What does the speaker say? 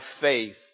faith